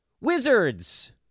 Wizards